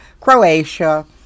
Croatia